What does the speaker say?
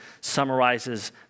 summarizes